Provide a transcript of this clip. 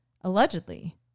Allegedly